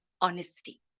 honesty